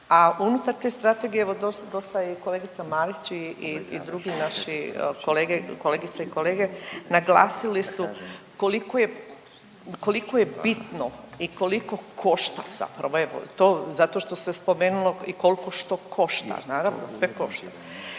a unutar te strategije, evo dosta, dosta je i kolegica Marić i, i, i drugi naši kolege, kolegice i kolege naglasili su koliko je, koliko je bitno i koliko košta zapravo, evo to, zato što se spomenulo i kolko što košta, naravno sve košta.